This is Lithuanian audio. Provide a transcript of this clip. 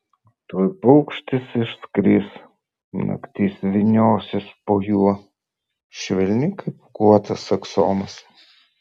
tuoj paukštis išskris naktis vyniosis po juo švelni kaip pūkuotas aksomas